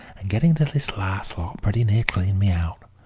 and getting this last lot pretty near cleaned me out.